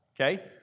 okay